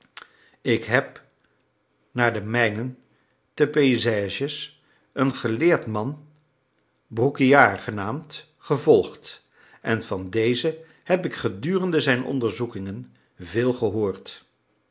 ik heb naar de mijnen te bessèges een geleerd man brouguiart genaamd gevolgd en van dezen heb ik gedurende zijn onderzoekingen veel gehoord